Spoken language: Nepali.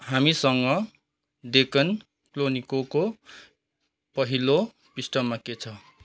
हामीसँग डेक्कन क्रोनिकलको पहिलो पृष्ठमा के छ